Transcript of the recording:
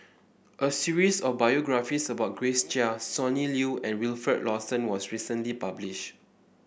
a series of biographies about Grace Chia Sonny Liew and Wilfed Lawson was recently published